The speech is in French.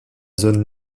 zone